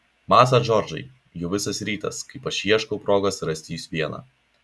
masa džordžai jau visas rytas kaip aš ieškau progos rasti jus vieną